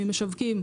ממשווקים,